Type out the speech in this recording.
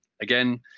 again